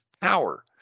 power